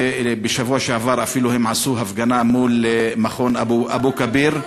בשבוע שעבר הם אפילו עשו הפגנה מול מכון אבו-כביר.